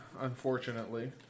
unfortunately